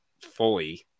fully